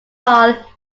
paul